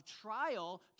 trial